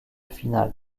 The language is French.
finale